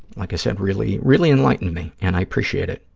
like i said, really really enlightened me, and i appreciate it,